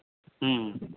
ᱦᱮᱸ